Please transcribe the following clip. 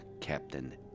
Captain